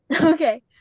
Okay